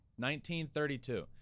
1932